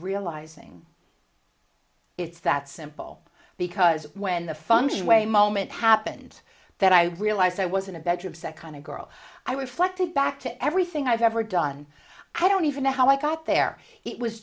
realizing it's that simple because when the funny way moment happened that i realized i was in a bedroom set kind of girl i reflected back to everything i've ever done i don't even know how i got there it was